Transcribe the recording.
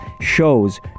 shows